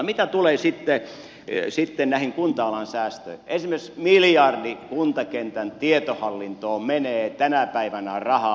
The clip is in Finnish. mitä tulee sitten näihin kunta alan säästöihin niin esimerkiksi miljardi kuntakentän tietohallintoon menee tänä päivänä rahaa